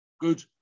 good